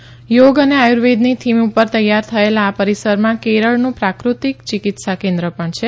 પ્રધાનમંત્રી મોદી યોગ અને આયુર્વેદની થીમ ઉપર તૈયાર થયેલા આ પરિસરમાં કેરળનું પ્રાફતિક ચિકિત્સા કેન્દ્ર પણ છે